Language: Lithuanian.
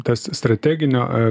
tas strateginio